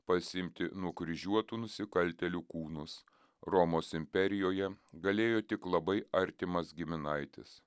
pasiimti nukryžiuotų nusikaltėlių kūnus romos imperijoje galėjo tik labai artimas giminaitis